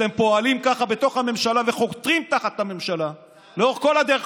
אתם פועלים ככה בתוך הממשלה וחותרים תחת הממשלה לאורך כל הדרך,